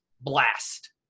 blast